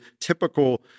typical